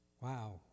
Wow